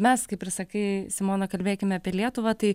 mes kaip ir sakai simona kalbėkime apie lietuvą tai